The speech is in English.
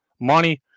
Money